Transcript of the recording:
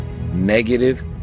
negative